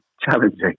challenging